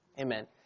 Amen